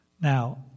Now